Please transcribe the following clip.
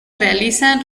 realizan